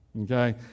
Okay